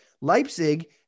Leipzig